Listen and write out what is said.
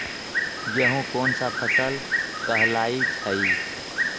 गेहूँ कोन सा फसल कहलाई छई?